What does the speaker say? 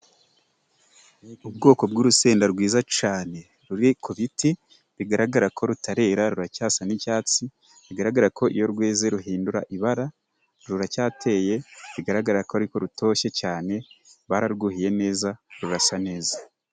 Ubwoko bw'urusenda rwiza cane ruri ku biti bigaragarako rutarera ruracyasa n'icyatsi bigaragarako iyo rweze ruhindura ibara ,ruracyateye bigaragarako ariko rutoshe cane bararwuhiye neza, rurasa neza.